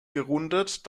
gerundet